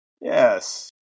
Yes